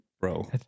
bro